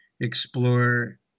explore